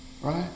Right